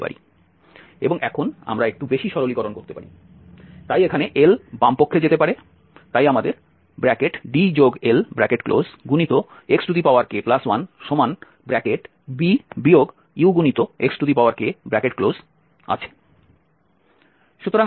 এবং এখন আমরা একটু বেশি সরলীকরণ করতে পারি তাই এখানে L বামপক্ষে যেতে পারে তাই আমাদের DLxk1b Uxk আছে